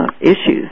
issues